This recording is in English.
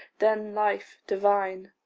then life divine.